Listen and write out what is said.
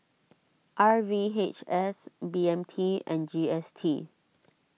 R V H S B M T and G S T